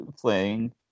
playing